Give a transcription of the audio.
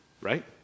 Right